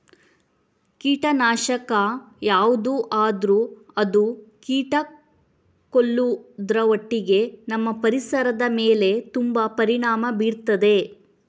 ಕೀಟನಾಶಕ ಯಾವ್ದು ಆದ್ರೂ ಅದು ಕೀಟ ಕೊಲ್ಲುದ್ರ ಒಟ್ಟಿಗೆ ನಮ್ಮ ಪರಿಸರದ ಮೇಲೆ ತುಂಬಾ ಪರಿಣಾಮ ಬೀರ್ತದೆ